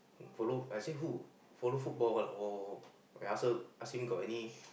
follow I say who follow football ah oh I ask her ask him got any